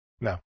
No